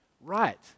right